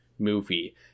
movie